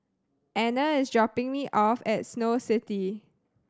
Ana is dropping me off at Snow City